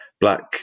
black